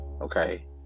Okay